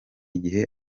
igihe